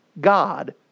God